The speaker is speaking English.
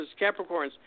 Capricorns